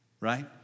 right